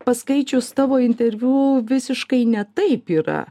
paskaičius tavo interviu visiškai ne taip yra